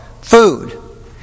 food